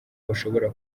bashobora